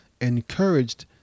encouraged